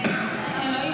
אלוהים,